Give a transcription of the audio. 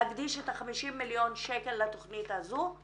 להקדיש את ה-50 מיליון שקל לתכנית הזו.